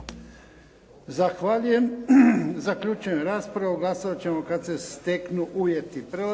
Zahvaljujem. Zaključujem raspravu. Glasovati ćemo kad se steknu uvjeti.